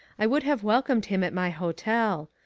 i would have welcomed him at my hotel.